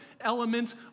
elements